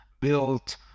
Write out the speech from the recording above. built